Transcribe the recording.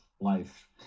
life